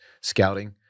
scouting